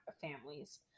families